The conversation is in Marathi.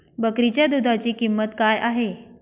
बकरीच्या दूधाची किंमत काय आहे?